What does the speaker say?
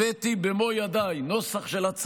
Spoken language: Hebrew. במו ידיי הבאתי לייעוץ המשפטי לממשלה